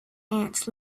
ants